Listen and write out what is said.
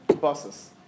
buses